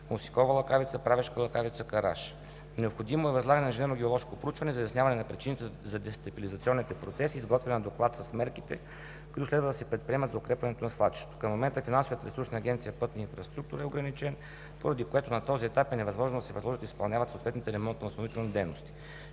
Осикова Лъкавица – Правешка Лъкавица – Караш. Необходимо е възлагане на инженерно-геоложко проучване за изясняване на причините за дестабилизационните процеси и изготвяне на доклад с мерките, които следва да предприемат за укрепването на свлачището. Към момента финансовият ресурс на Агенция „Пътна инфраструктура“ е ограничен, поради което на този етап е невъзможно да се възложат и изпълняват съответните ремонтно-възстановителни дейности.